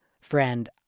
friend